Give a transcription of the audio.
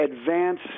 advance